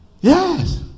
Yes